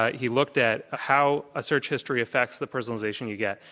ah he looked at how a search history affects the personalization you get.